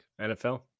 NFL